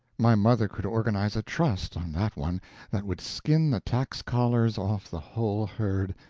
my mother could organize a trust on that one that would skin the tax-collars off the whole herd.